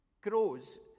grows